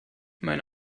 mein